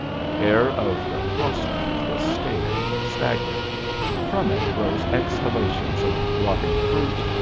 the air of the cross street was stale and stagnant from it rose exhalations of rotting fruit,